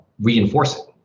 reinforcing